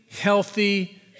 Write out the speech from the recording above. Healthy